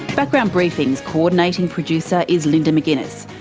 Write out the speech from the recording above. background briefing's coordinating producer is linda mcginness,